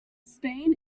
spain